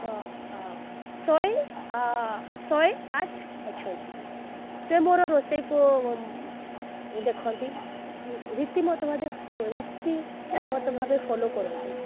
ଶହେ ଶହେ ଆଠ ଅଛନ୍ତି ସେ ମୋର ରୋଷେଇକୁ ଦେଖନ୍ତି ରୀତିମତ ଭାବେ ରୀତିମତ ଫୋଲୋ କରନ୍ତି